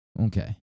Okay